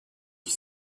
qui